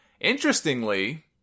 Interestingly